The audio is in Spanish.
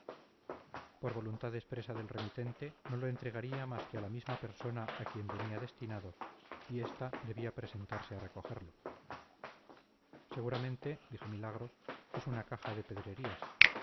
por voluntad expresa del remitente no lo entregaría más que a la misma persona a quien venía destinado y esta debía presentarse a recogerlo seguramente dijo milagro es una caja de pedrerías